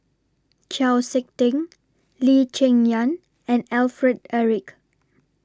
Chau Sik Ting Lee Cheng Yan and Alfred Eric